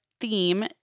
theme